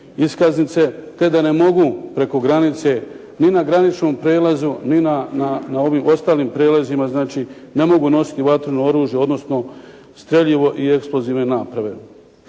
iskaznice te da ne mogu preko granice ni na graničnom prijelazu ni na ovim ostalim prijelazima. Znači ne mogu nositi vatreno oružje odnosno streljivo i eksplozivne naprave.